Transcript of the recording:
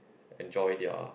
enjoy their